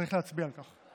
צריך להצביע על כך.